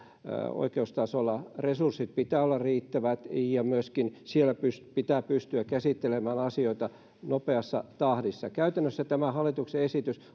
oikeustasolla resurssien pitää olla riittävät ja myöskin siellä pitää pystyä käsittelemään asioita nopeassa tahdissa käytännössä tämä hallituksen esitys